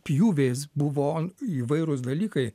pjūviais buvo įvairūs dalykai